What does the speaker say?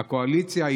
הקואליציה,